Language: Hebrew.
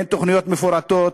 אין תוכניות מפורטות,